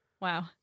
Wow